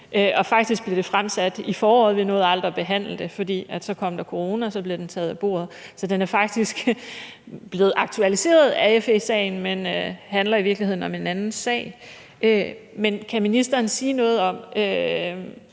og faktisk blev det fremsat i foråret, men vi nåede aldrig at behandle det, for så kom coronaen, og så blev det taget af bordet. Så det er faktisk blevet aktualiseret af FE-sagen, men handler i virkeligheden om en anden sag. Men kan ministeren sige noget om,